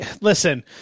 Listen